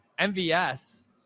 MVS